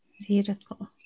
beautiful